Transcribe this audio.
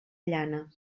llana